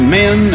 men